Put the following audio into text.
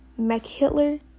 MacHitler